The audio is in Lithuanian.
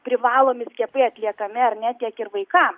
privalomi skiepai atliekami ar ne tiek ir vaikam